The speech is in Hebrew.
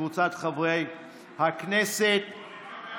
חבר הכנסת אבוטבול, תודה.